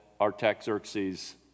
Artaxerxes